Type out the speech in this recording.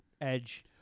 Edge